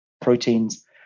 proteins